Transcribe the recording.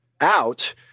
out